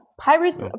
pirates